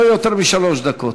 לא יותר משלוש דקות.